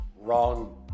wrong